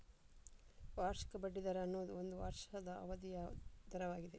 ವಾರ್ಷಿಕ ಬಡ್ಡಿ ದರ ಅನ್ನುದು ಒಂದು ವರ್ಷದ ಅವಧಿಯ ದರವಾಗಿದೆ